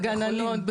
גננות,